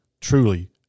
truly